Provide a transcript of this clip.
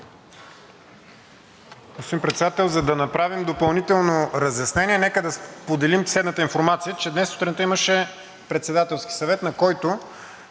Благодаря.